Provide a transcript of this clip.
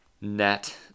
net